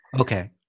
Okay